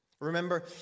Remember